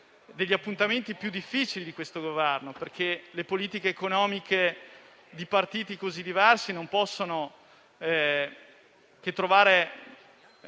degli appuntamenti più difficili per questo Governo, perché le politiche economiche di partiti così diversi non possono che trovare